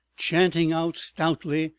chanting out stoutly,